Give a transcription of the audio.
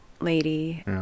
lady